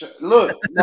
Look